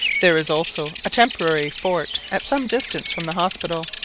there is also a temporary fort at some distance from the hospital,